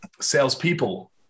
salespeople